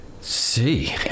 see